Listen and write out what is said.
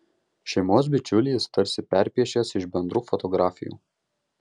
šeimos bičiulį jis tarsi perpiešęs iš bendrų fotografijų